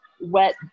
wet